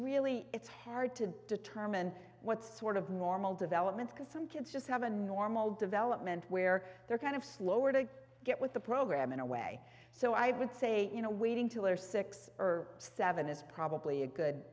really it's hard to determine what's sort of normal development because some kids just have a normal development where they're kind of slower to get with the program in a way so i would say you know waiting till are six or seven is probably a good